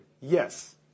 yes